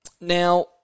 Now